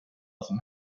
som